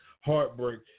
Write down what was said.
heartbreak